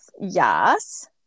Yes